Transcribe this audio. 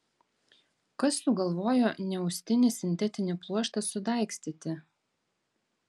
kas sugalvojo neaustinį sintetinį pluoštą sudaigstyti